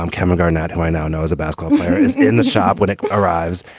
um kevin garnett, who i now know is a basketball player, isn't in the shop when it arrives.